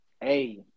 Hey